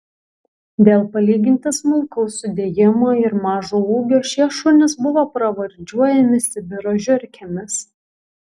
dėl palyginti smulkaus sudėjimo ir mažo ūgio šie šunys buvo pravardžiuojami sibiro žiurkėmis